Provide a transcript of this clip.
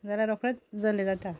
जाल्यार रोकडेंच जल्ले जाता